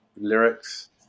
lyrics